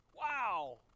Wow